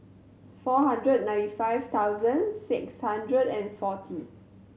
four hundred ninety five thousand six hundred and forty